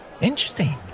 Interesting